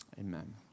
Amen